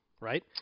right